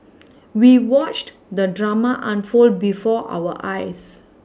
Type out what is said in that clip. we watched the drama unfold before our eyes